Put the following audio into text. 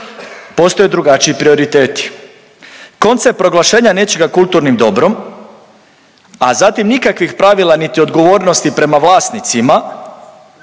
Postoje drugačiji prioriteti. Koncept proglašenja nečega kulturnim dobrom, a zatim nikakvih pravila niti odgovornosti prema vlasnicima,